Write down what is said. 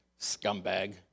scumbag